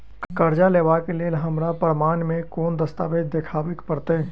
करजा लेबाक लेल हमरा प्रमाण मेँ कोन दस्तावेज देखाबऽ पड़तै?